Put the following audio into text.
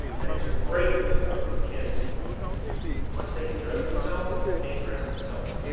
and it's a great rule of thumb for kids. like once they can dress themselves, they dress themselves.